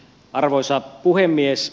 arvoisa puhemies